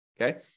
Okay